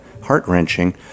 heart-wrenching